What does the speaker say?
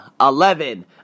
eleven